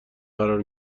قرار